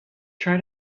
try